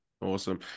Awesome